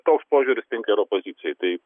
toks požiūris tinka ir opozicijai tai